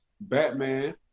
Batman